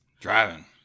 Driving